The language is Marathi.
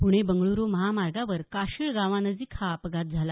पुणे बंगळूरू महामार्गावर काशीळ गावानजिक हा अपघात झाला